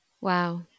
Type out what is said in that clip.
Wow